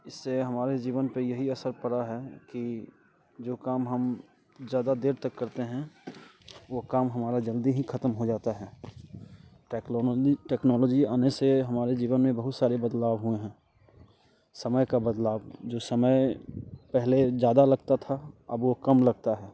इससे हमारे जीवन पे यही असर पड़ा है कि जो काम हम ज़्यादा देर तक करते हैं वो काम हमारा जल्दी ही ख़त्म हो जाता है टेक्नोलॉजी आने से हमारे जीवन में बहुत सारे बदलाव हुए हैं समय का बदलाव जो समय पहले ज़्यादा लगता था अब वो कम लगता है